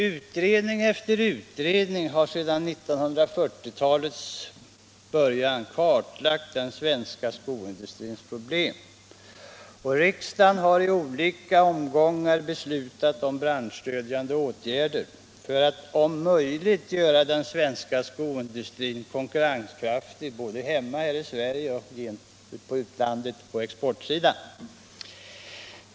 Utredning efter utredning har sedan 1940 talets början kartlagt den svenska skoindustrins problem. Och riksdagen har i olika omgångar beslutat om branschstödjande åtgärder för att om möjligt göra svensk skoindustri konkurrenskraftig både på hemmamarknaden och på exportsidan.